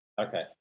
Okay